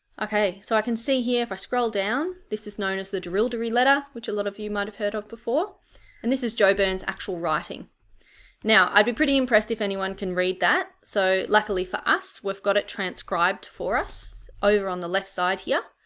okay, so i can see here if i scroll down, this is known as the jerilderie letter which a lot of you might have heard of before and this is joe byrne actual writing now i'd be pretty impressed if anyone can read that so luckily for us we've got it transcribed for us over on the left side here,